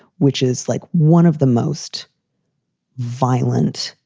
which is like one of the most violent,